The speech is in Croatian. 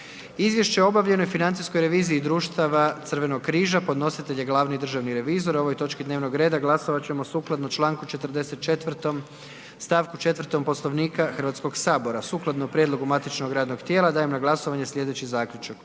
Izvješće o obavljenoj financijskoj reviziji Društava Crvenog križa. Podnositelj je glavni državni revizor, o ovoj točki dnevnog reda glasovat ćemo sukladno Članku 44. stavku 4. Poslovnika Hrvatskog sabora. Sukladno prijedlogu matičnog radnog tijela dajem na glasovanje slijedeći zaključak.